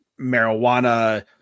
marijuana